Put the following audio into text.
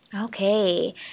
Okay